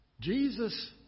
Jesus